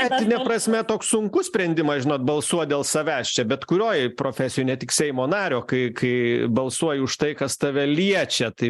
etine prasme toks sunkus sprendimas žinot balsuot dėl savęs čia bet kurioj profesijoj ne tik seimo nario kai kai balsuoji už tai kas tave liečia tai